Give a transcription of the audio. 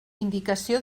indicació